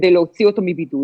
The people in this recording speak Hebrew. כדי להוציא אותו מבידוד.